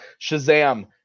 Shazam